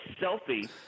selfie